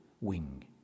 wing